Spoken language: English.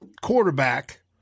quarterback